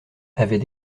avait